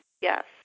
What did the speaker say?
yes